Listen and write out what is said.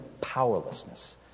powerlessness